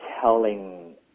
telling